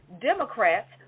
Democrats